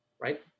right